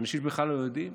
אנשים בכלל לא יודעים,